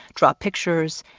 draw pictures,